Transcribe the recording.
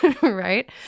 Right